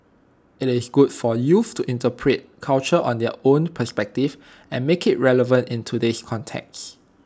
IT is good for youth to interpret culture on their own perspective and make IT relevant in today's context